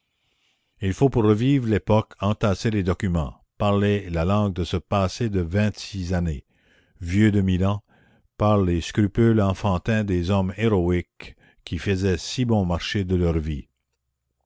il faut pour revivre l'époque entasser les documents parler la langue de ce passé de vingt-six années vieux de mille ans par les scrupules enfantins des hommes héroïques qui faisaient si bon marché de leur vie